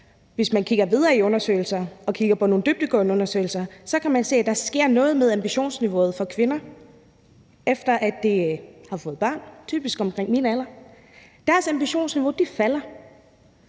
Hvis man kigger videre i undersøgelserne og kigger på nogle dybdegående undersøgelser, så kan man se, at der sker noget med ambitionsniveauet for kvinder, efter at de har fået børn, typisk omkring min alder. Deres ambitionsniveau falder.